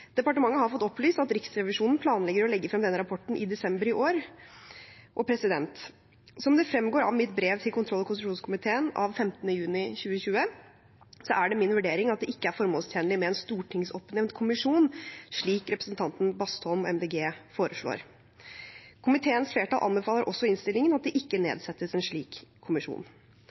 Departementet har fått opplyst at Riksrevisjonen planlegger å legge frem denne rapporten i desember i år. Som det fremgår av mitt brev til kontroll- og konstitusjonskomiteen av 15. juni 2020, er det min vurdering at det ikke er formålstjenlig med en stortingsoppnevnt kommisjon, slik representanten Bastholm og MDG foreslår. Komiteens flertall anbefaler også i innstillingen at det ikke nedsettes en slik kommisjon.